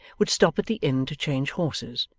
would stop at the inn to change horses,